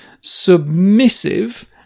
submissive